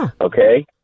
Okay